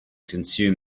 consume